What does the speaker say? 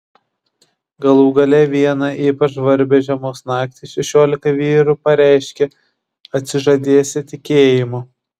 galų gale vieną ypač žvarbią žiemos naktį šešiolika vyrų pareiškė atsižadėsią tikėjimo